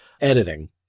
editing